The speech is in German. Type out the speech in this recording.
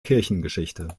kirchengeschichte